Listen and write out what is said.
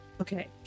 okay